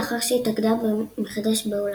לאחר שהתאגדה מחדש בהולנד.